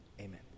Amen